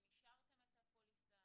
אם אישרתם את הפוליסה,